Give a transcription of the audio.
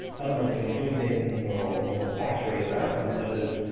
element to include in in your and your battery of outcome measures,